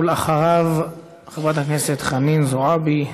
אחריו, חברת הכנסת חנין זועבי.